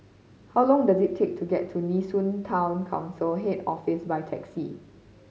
how long does it take to get to Nee Soon Town Council Head Office by taxi